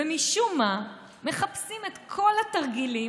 ומשום מה מחפשים את כל התרגילים,